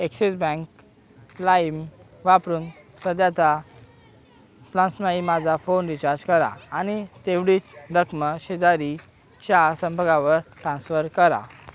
axis bank लाईम वापरून सध्याचा प्लान्सनाही माझा फोन रिचार्ज करा आणि तेवढीच रकमा शेजारीच्या संपकावर ट्रान्स्फर करा